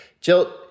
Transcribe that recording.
Jill